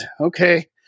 okay